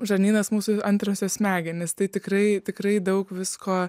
žarnynas mūsų antrosios smegenys tai tikrai tikrai daug visko